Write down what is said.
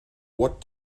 what